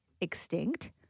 extinct